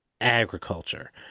agriculture